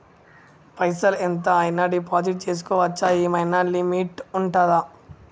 పైసల్ ఎంత అయినా డిపాజిట్ చేస్కోవచ్చా? ఏమైనా లిమిట్ ఉంటదా?